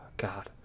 God